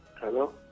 Hello